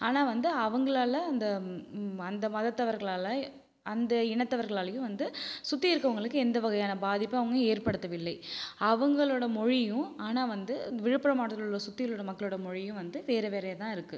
ஆனால் வந்து அவங்களால அந்த அந்த மதத்தவர்களால் அந்த இனத்தவர்களாலையும் வந்து சுற்றி இருக்கவங்களுக்கு எந்த வகையான பாதிப்பும் அவங்க ஏற்படுத்தவில்லை அவங்களோட மொழியும் ஆனால் வந்து விழுப்புரம் மாவட்டத்தில் உள்ள சுற்றி உள்ள மக்களோட மொழியும் வந்து வேறு வேறையாக தான் இருக்கு